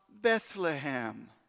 Bethlehem